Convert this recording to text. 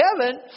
heaven